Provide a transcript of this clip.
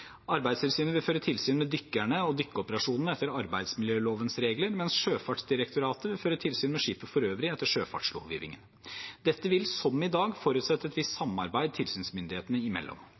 Arbeidstilsynet vil føre tilsyn med dykkerne og dykkeoperasjonene etter arbeidsmiljølovens regler, mens Sjøfartsdirektoratet vil føre tilsyn med skipet for øvrig etter sjøfartslovgivningen. Dette vil, som i dag, forutsette et visst samarbeid tilsynsmyndighetene imellom.